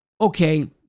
okay